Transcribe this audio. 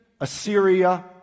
Assyria